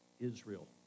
Israel